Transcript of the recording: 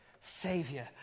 Savior